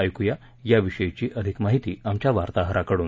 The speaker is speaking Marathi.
ऐकूया याविषयीची अधिक माहिती आमच्या वार्ताहराकडून